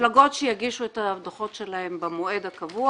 מפלגות שיגישו את הדוחות שלהן במועד הקבוע